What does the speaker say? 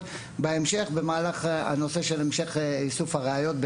בהמשך במהלך הנושא של איסוף הראיות.